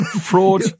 Fraud